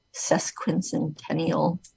sesquicentennial